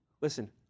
Listen